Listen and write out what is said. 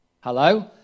Hello